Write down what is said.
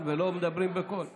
בעד